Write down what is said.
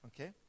okay